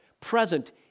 present